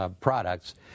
products